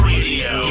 Radio